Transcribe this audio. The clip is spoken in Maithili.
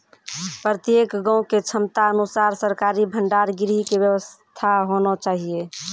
प्रत्येक गाँव के क्षमता अनुसार सरकारी भंडार गृह के व्यवस्था होना चाहिए?